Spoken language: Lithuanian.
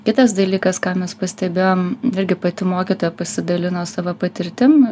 kitas dalykas ką mes pastebėjom vėlgi pati mokytoja pasidalino savo patirtim